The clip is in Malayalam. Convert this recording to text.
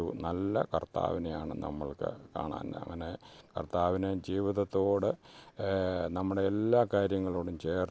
ഒരു നല്ല കർത്താവിനെയാണ് നമ്മൾക്കു കാണാൻ അങ്ങനെ കർത്താവിനെ ജീവിതത്തോട് നമ്മുടെ എല്ലാ കാര്യങ്ങളോടും ചേർത്തു പിടിച്ച്